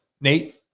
Nate